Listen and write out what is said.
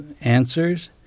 answers